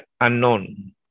unknown